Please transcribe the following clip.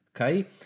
okay